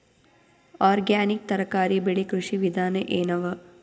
Organic ತರಕಾರಿ ಬೆಳಿ ಕೃಷಿ ವಿಧಾನ ಎನವ?